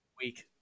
week